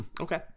okay